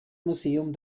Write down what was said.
museum